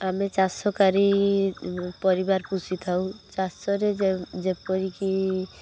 ଆମେ ଚାଷ କାରି ପରିବାର ପୋଷିଥାଉ ଚାଷରେ ଯେ ଯେପରିକି